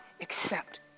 accept